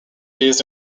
based